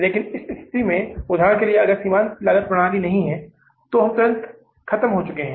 इसलिए इस स्थिति में उदाहरण के लिए अगर सीमांत लागत प्रणाली नहीं है तो हम तुरंत मर चुके हैं